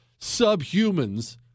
subhumans